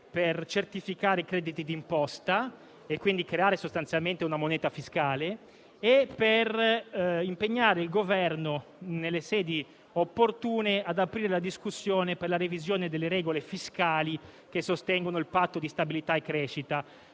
per certificare i crediti d'imposta, quindi sostanzialmente creare una moneta fiscale, e impegnare il Governo nelle sedi opportune ad aprire la discussione per la revisione delle regole fiscali che sostengono il patto di stabilità e crescita.